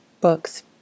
books